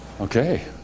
Okay